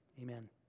amen